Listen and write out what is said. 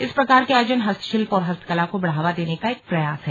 इस प्रकार के आयोजन हस्तशिल्प और हस्तकला को बढ़ावा देने का एक प्रयास है